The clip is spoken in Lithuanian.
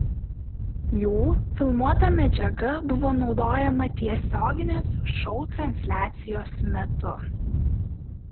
jų filmuota medžiaga buvo naudojama tiesioginės šou transliacijos metu